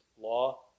law